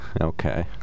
Okay